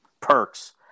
perks